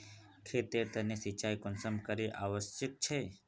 खेतेर तने सिंचाई कुंसम करे आवश्यक छै?